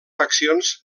faccions